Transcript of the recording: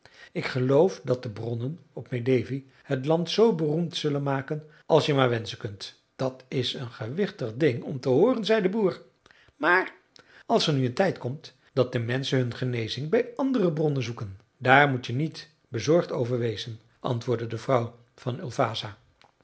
ik geloof dat de bronnen op medevi het land zoo beroemd zullen maken als je maar wenschen kunt dat is een gewichtig ding om te hooren zei de boer maar als er nu een tijd komt dat de menschen hun genezing bij andere bronnen zoeken daar moet je niet bezorgd over wezen antwoordde de vrouw van